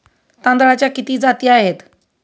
तांदळाच्या किती जाती आहेत?